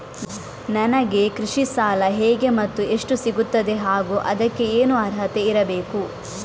ನನಗೆ ಕೃಷಿ ಸಾಲ ಹೇಗೆ ಮತ್ತು ಎಷ್ಟು ಸಿಗುತ್ತದೆ ಹಾಗೂ ಅದಕ್ಕೆ ಏನು ಅರ್ಹತೆ ಇರಬೇಕು?